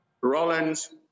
Rollins